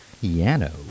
Piano